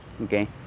okay